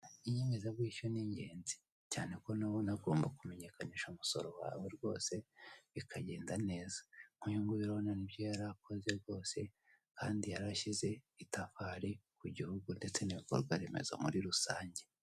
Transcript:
Inyemezabwishyu ni ingenzi, cyane ko uba unagomba kumenyekanisha umusoro wawe rwose bikagenda neza, nk'uyu nguyu, urabona ko aribyo yari akoze rwose kandi yari asize itafari ku gihugu ndetse n'ibikorwa remezo muri rusange.